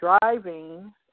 driving